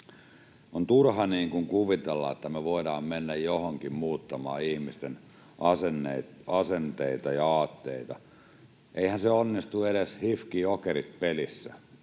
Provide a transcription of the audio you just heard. on turha kuvitella, että me voidaan mennä johonkin muuttamaan ihmisten asenteita ja aatteita. Eihän se onnistu edes HIFK—Jokerit-pelissä,